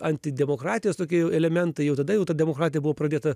antidemokratijos tokie elementai jau tada jau ta demokratija buvo pradėta